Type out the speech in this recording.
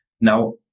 Now